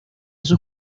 sus